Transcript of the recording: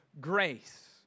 grace